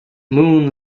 moon